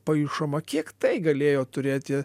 paišoma kiek tai galėjo turėti